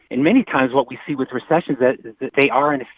and many times, what we see with recessions that they are, in a